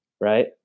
Right